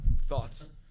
thoughts